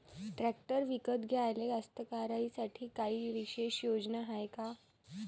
Tractor विकत घ्याले कास्तकाराइसाठी कायी विशेष योजना हाय का?